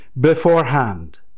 beforehand